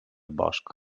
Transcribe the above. bosc